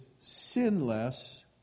sinless